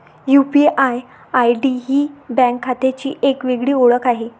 UPI ID ही bank खात्याची एक वेगळी ओळख आहे